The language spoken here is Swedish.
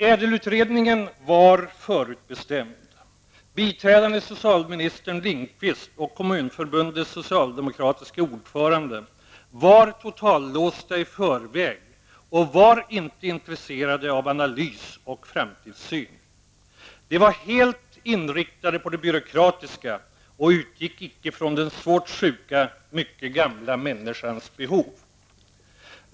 Ädelutrednignen var förutbestämd. Biträdande socialminister Lindqvist och Kommunförbudnets socialdemokratiske ordförande var totallåsta i förväg och var inte intresserade av analys och framtidssyn. De var helt inriktade på det byråkratiska och utgick inte från den svårt sjuka, mycket gamla människans behov.